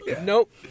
nope